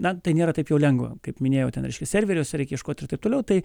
na tai nėra taip jau lengva kaip minėjau ten išvis serveriuose reikia ieškoti ir taip toliau tai